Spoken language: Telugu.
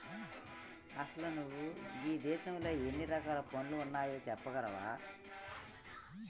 అసలు నువు గీ దేసంలో ఎన్ని రకాల పసువులు ఉన్నాయో సెప్పగలవా